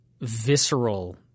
visceral